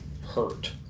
hurt